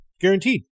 guaranteed